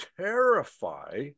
terrify